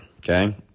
Okay